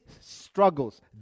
struggles